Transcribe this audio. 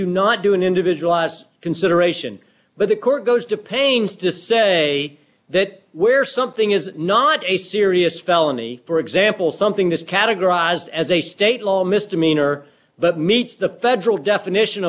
do not do an individualized consideration but the court goes to pains to say that where something is not a serious felony for example something this categorized as a state law misdemeanor but meets the federal definition